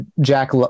Jack